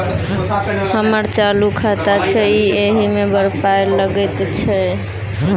हमर चालू खाता छै इ एहि मे बड़ पाय लगैत छै